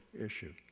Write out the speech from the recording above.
issue